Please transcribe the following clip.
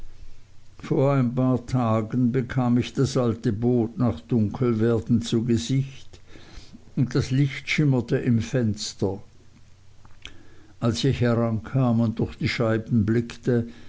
vor ein paar tagen bekam ich das alte boot nach dunkelwerden zu gesicht und das licht schimmerte im fenster als ich herankam und durch die scheiben blickte